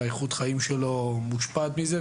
איכות החיים שלו מושפעת מזה,